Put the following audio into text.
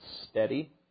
steady